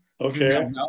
Okay